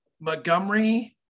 Montgomery